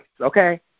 okay